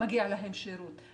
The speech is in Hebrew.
מגיע להם שירות.